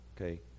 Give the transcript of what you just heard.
okay